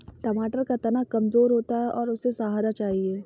टमाटर का तना कमजोर होता है और उसे सहारा चाहिए